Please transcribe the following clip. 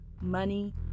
money